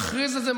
אני מברך על זה,